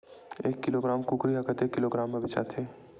एक किलोग्राम कुकरी ह कतेक किलोग्राम म बेचाथे?